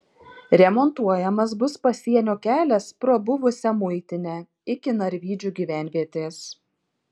remontuojamas bus pasienio kelias pro buvusią muitinę iki narvydžių gyvenvietės